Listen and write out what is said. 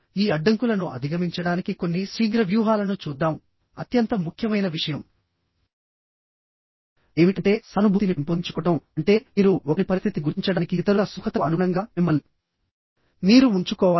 ఈ అడ్డంకులను అధిగమించడానికి కొన్ని శీఘ్ర వ్యూహాలను చూద్దాంఅత్యంత ముఖ్యమైన విషయం ఏమిటంటేసానుభూతిని పెంపొందించుకోవడం అంటే మీరు ఒకరి పరిస్థితిని గుర్తించడానికి ఇతరుల సుముఖతకు అనుగుణంగా మిమ్మల్ని మీరు ఉంచుకోవాలి